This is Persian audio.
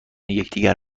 یکدیگر